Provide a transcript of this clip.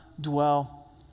dwell